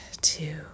two